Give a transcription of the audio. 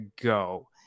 go